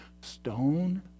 stone